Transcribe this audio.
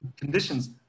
conditions